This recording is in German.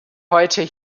heute